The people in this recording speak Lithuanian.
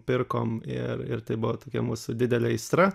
pirkom ir ir tai buvo tokia mūsų didele aistra